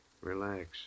Relax